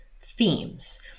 themes